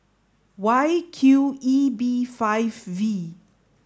Y Q E B five V